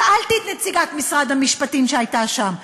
שאלתי את נציגת משרד המשפטים שהייתה שם,